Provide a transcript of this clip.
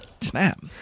snap